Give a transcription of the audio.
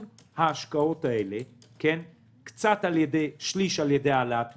ההשקעות האלה שליש על-ידי העלאת מיסים,